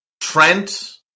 Trent